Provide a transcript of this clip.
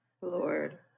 Lord